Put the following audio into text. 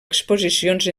exposicions